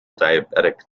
diabetic